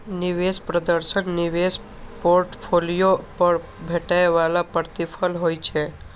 निवेश प्रदर्शन निवेश पोर्टफोलियो पर भेटै बला प्रतिफल होइ छै